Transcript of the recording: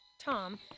Tom